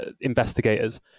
investigators